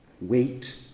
wait